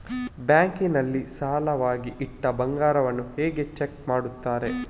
Bank ನಲ್ಲಿ ಸಾಲವಾಗಿ ಇಟ್ಟ ಬಂಗಾರವನ್ನು ಹೇಗೆ ಚೆಕ್ ಮಾಡುತ್ತಾರೆ?